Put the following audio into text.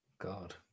God